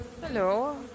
Hello